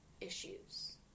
issues